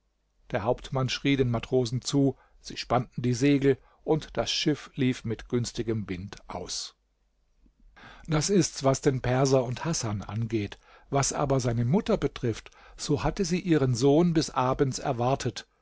der hauptmann schrie den matrosen zu sie spannten die segel und das schiff lief mit günstigem wind aus das ist's was den perser und hasan angeht was aber seine mutter betrifft so hatte sie ihren sohn bis abends erwartet